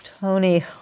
Tony